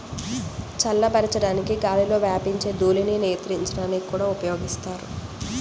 చల్లబరచడానికి గాలిలో వ్యాపించే ధూళిని నియంత్రించడానికి కూడా ఉపయోగిస్తారు